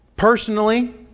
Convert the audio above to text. Personally